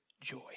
joy